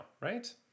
Right